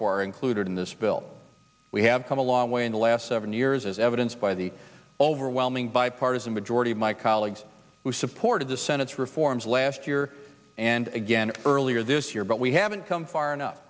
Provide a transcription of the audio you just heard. for included in this bill we have come a long way in the last seven years as evidenced by the overwhelming bipartisan majority of my colleagues who supported the senate's reforms last year and again earlier this year but we haven't come far enough